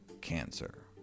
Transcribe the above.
cancer